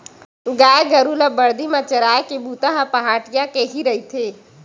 गाय गरु ल बरदी म चराए के बूता ह पहाटिया के ही रहिथे